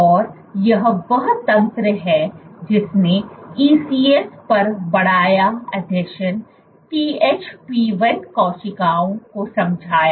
और यह वह तंत्र है जिसने ECs पर बढ़ाया आसंजन THP1 कोशिकाओं को समझाया